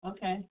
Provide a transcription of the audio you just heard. Okay